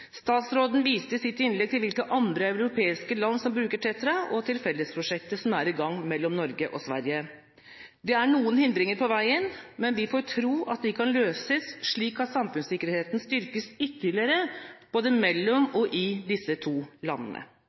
Statsråden viste i sitt innlegg til hvilke andre europeiske land som bruker TETRA, og til fellesprosjektet som er i gang mellom Norge og Sverige. Det er noen hindringer på veien, men vi får tro at de kan fjernes, slik at samfunnssikkerheten styrkes ytterligere både mellom og i disse to landene.